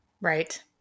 Right